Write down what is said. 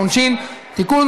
הצעת חוק העונשין (תיקון,